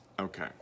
Okay